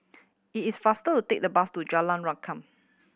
it is faster to take the bus to Jalan Rengkam